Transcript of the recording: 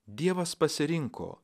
dievas pasirinko